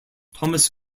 thomas